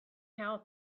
how